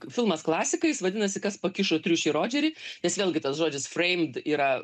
filmas klasika jis vadinasi kas pakišo triušį rodžerį nes vėlgi tas žodis freimd yra